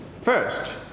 First